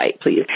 please